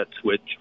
switch